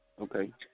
Okay